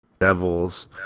devils